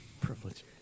privilege